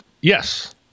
Yes